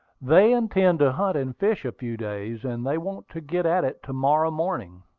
they intend to hunt and fish a few days and they want to get at it to-morrow morning,